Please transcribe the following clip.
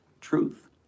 truth